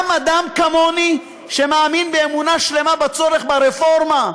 גם אדם כמוני, שמאמין באמונה שלמה בצורך ברפורמה,